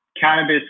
cannabis